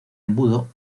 embudo